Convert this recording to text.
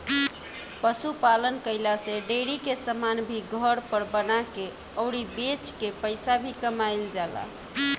पशु पालन कईला से डेरी के समान भी घर पर बना के अउरी बेच के पईसा भी कमाईल जाला